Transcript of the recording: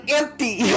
empty